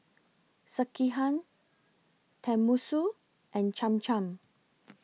Sekihan Tenmusu and Cham Cham